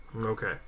Okay